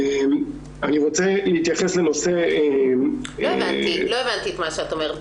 אני רוצה להתייחס --- לא הבנתי את מה שאתה אומר.